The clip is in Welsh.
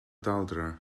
daldra